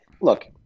Look